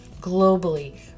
globally